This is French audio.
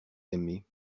aimées